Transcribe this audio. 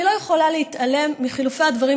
אני לא יכולה להתעלם מחילופי הדברים